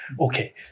okay